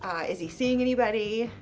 is he seeing anybody,